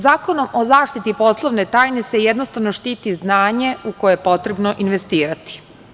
Zakonom o zaštiti poslovne tajne se jednostavno štiti znanje u koje je potrebno investirati.